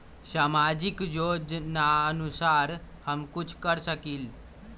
सामाजिक योजनानुसार हम कुछ कर सकील?